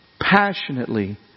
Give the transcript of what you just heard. Passionately